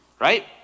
right